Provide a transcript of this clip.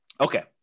Okay